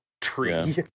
tree